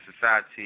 Society